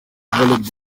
volleyball